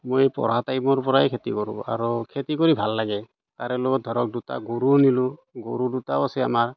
মই পঢ়া টাইমৰ পৰাই কৰোঁ আৰু খেতি কৰি ভাল লাগে তাৰে লগত ধৰক দুটা গৰুও নিলোঁ গৰু দুটাও আছে আমাৰ